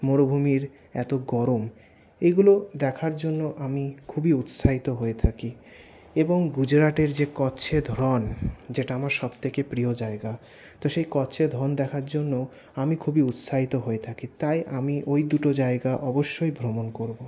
মরুভূমির এত গরম এগুলো দেখার জন্য আমি খুবই উৎসাহিত হয়ে থাকি এবং গুজরাটের যে কচ্ছের রণ যেটা আমার সব থেকে প্রিয় জায়গা তো সেই কচ্ছের রণ দেখার জন্য আমি খুবই উৎসাহিত হয়ে থাকি তাই আমি ওই দুটো জায়গা অবশ্যই ভ্রমণ করবো